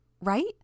Right